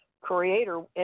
creator